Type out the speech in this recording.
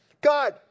God